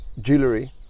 jewelry